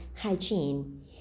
hygiene